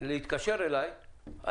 להתקשר אליי,